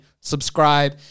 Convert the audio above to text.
subscribe